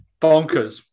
Bonkers